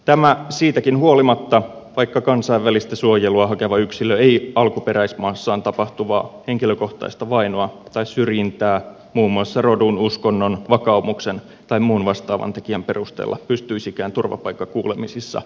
tämä siitäkin huolimatta vaikka kansainvälistä suojelua hakeva yksilö ei alkuperäis maassaan tapahtuvaa henkilökohtaista vainoa tai syrjintää muun muassa rodun uskonnon vakaumuksen tai muun vastaavan tekijän perusteella pystyisikään turvapaikkakuulemisissa osoittamaan